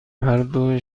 هردو